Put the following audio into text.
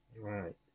Right